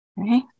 Okay